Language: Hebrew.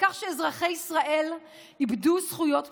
כך שאזרחי ישראל איבדו זכויות בסיסיות.